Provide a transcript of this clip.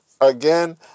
again